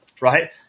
right